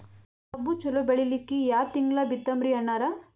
ಕಬ್ಬು ಚಲೋ ಬೆಳಿಲಿಕ್ಕಿ ಯಾ ತಿಂಗಳ ಬಿತ್ತಮ್ರೀ ಅಣ್ಣಾರ?